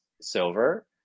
silver